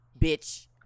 bitch